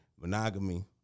monogamy